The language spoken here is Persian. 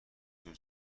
جور